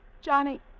Johnny